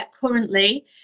currently